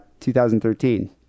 2013